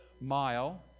mile